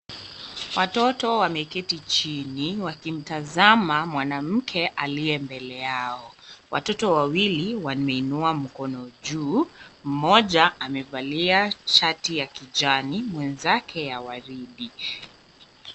Watoto wameketi chini wakimtazama mwanamke aliye mbele yao. Watoto wawili wameinua mkono juu, mmoja amevalia shati la kijani, mwenzake ya waridi.